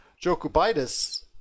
Jokubaitis